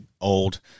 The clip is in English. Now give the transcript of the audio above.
old